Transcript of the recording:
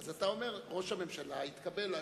אז אתה אומר שראש הממשלה התקבל.